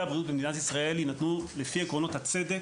הבריאות במדינת ישראל יינתנו לפי עקרונות הצדק,